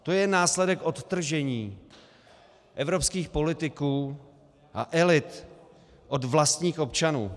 To je následek odtržení evropských politiků a elit od vlastních občanů.